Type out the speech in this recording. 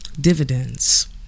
Dividends